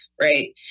right